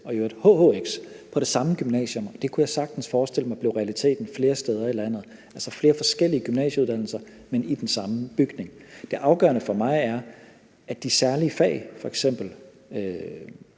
og i øvrigt hhx på det samme gymnasium. Det kunne jeg sagtens forestille mig blev realiteten flere steder i landet, altså flere forskellige gymnasialeuddannelser, men i den samme bygning. Det afgørende for mig er, at vi kan bibeholde de særlige fag, f.eks.